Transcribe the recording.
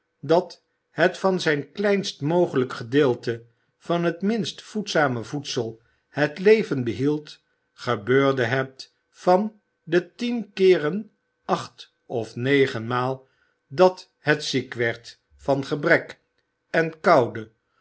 dat het van het kleinst mogelijke gedeelte van het minst voedzame voedsel het leven behield gebeurde het van de tien keeren acht of negen maal dat het ziek werd van gebrek en koude